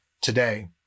today